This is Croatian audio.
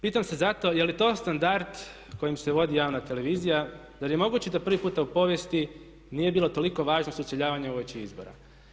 Pitam se zato je li to standard kojim se vodi javna televizija, zar je moguće da prvi puta u povijesti nije bilo toliko važno sučeljavanje uoči izbora.